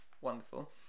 Wonderful